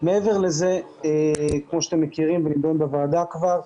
מעבר לזה, כמו שאתם מכירים ונידון בוועדה כבר,